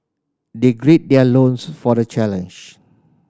they grid their loins for the challenge